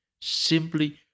simply